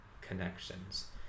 connections